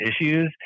issues